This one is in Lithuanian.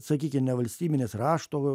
sakykim ne valstybinės rašto